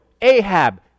Ahab